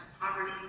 poverty